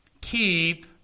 Keep